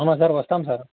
అవునా సార్ వస్తాం సార్